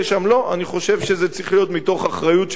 אני חושב שזה צריך להיות מתוך אחריות של כולנו